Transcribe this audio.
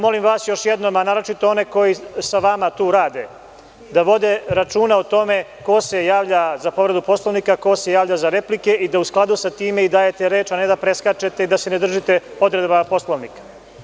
Molim vas još jednom, a naročito one koji sa vama tu rade da vode računa o tome ko se javlja za povredu Poslovnika, ko se javlja za replike i da u skladu sa tim dajete reč, a ne da preskačete i da se ne držite odredaba Poslovnika.